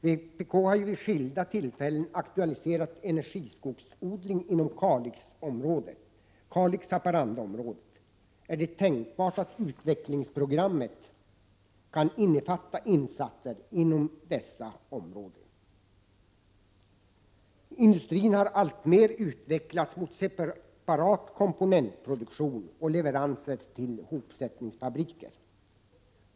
Vpk har ju vid skilda tillfällen aktualiserat energiskogsodling inom Kalix-Haparanda-området. Är det tänkbart att utvecklingsprogrammet kan innefatta insatser inom detta område? Industrin har alltmer utvecklats mot separat komponentproduktion och leveranser till hopsättningsfabriker.